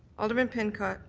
alderman pincott?